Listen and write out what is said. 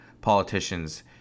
politicians